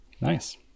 Nice